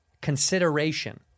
consideration